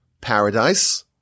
paradise